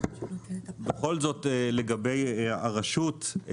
לגבי הרשות,